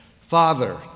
Father